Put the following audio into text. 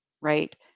right